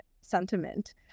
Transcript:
sentiment